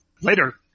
Later